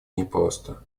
непросто